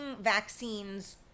vaccines